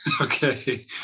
Okay